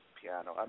piano